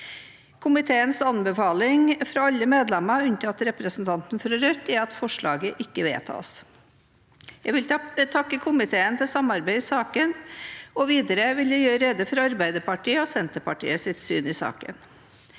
Komiteens anbefaling fra alle medlemmer, unntatt representanten fra Rødt, er at forslaget ikke vedtas. Jeg vil takke komiteen for samarbeidet i saken, og videre vil jeg gjøre rede for Arbeiderpartiets og Senterpartiets syn i saken.